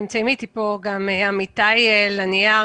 נמצאים איתי פה גם עמיתיי לקבוצה,